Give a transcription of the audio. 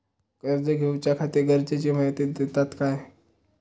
कर्ज घेऊच्याखाती गरजेची माहिती दितात काय?